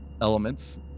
elements